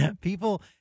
People